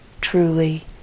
truly